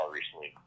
recently